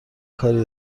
کاری